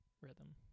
Rhythm